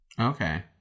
Okay